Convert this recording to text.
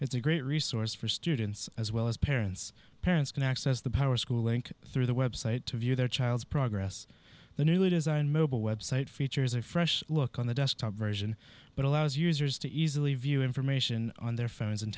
it's a great resource for students as well as parents parents can access the power school link through the website to view their child's progress the newly designed mobile web site features a fresh look on the desktop version but allows users to easily view information on their phones and